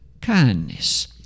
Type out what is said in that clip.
kindness